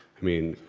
i mean,